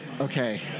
Okay